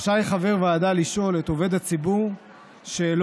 רשאי חבר ועדה לשאול את עובד הציבור שאלות,